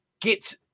get